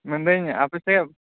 ᱢᱮᱱᱮᱫᱟ ᱧ ᱟᱯᱮᱥᱮᱫ